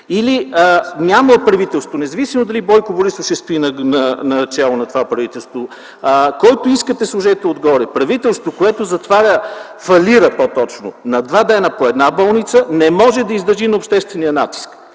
Няма от правителство! Независимо дали Бойко Борисов ще стои начело на това правителство, който искате сложете отгоре, правителство, което затваря, по-точно фалира на два дни по една болница, не може да издържи на обществения натиск.